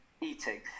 eating